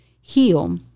heal